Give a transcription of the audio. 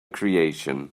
creation